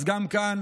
אז גם כאן